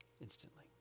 instantly